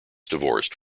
divorced